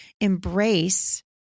embrace